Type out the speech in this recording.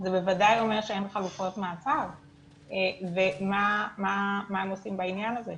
זה בוודאי אומר שאין חלופות מעצר ומה הם עושים בעניין הזה.